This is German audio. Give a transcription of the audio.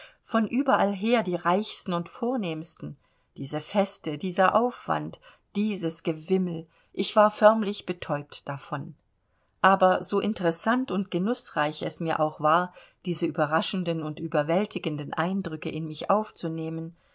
von überall her die reichsten und vornehmsten diese feste dieser aufwand dieses gewimmel ich war förmlich betäubt davon aber so interessant und genußreich es mir auch war diese überraschenden und überwältigenden eindrücke in mich aufzunehmen